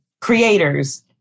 creators